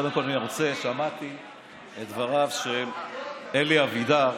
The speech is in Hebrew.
קודם כול שמעתי את דבריו של אלי אבידר,